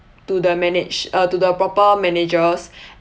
to the manag~ uh to the proper managers